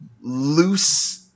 loose